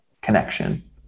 connection